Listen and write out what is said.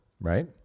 right